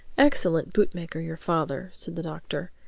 excellent bootmaker, your father, said the doctor.